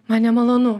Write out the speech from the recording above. man nemalonu